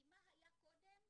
כי מה היה קודם?